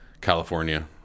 california